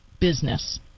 business